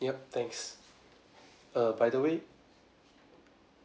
yup thanks err by the way